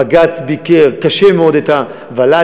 בג"ץ ביקר באופן קשה מאוד את הוול"לים,